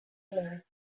war